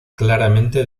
claramente